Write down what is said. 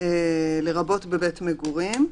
לרבות בבית מגורים,"